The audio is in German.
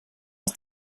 aus